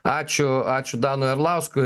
ačiū ačiū danui arlauskui